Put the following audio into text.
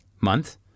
month